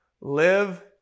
live